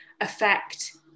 affect